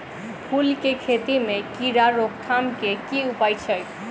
फूल केँ खेती मे कीड़ा रोकथाम केँ की उपाय छै?